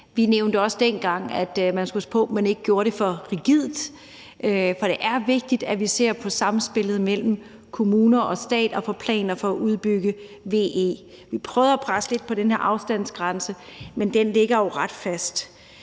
man skal passe på, at man ikke gør det for rigidt, for det er vigtigt, at vi ser på samspillet mellem kommuner og stat og ser på planer for at udbygge VE. Vi prøvede at presse lidt på i forhold til den her afstandsgrænse, men den ligger jo ret fast.